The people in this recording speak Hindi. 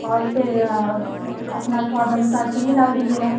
और फिर अपना स्वाद अनुसार चीनी डाल दीजिएगा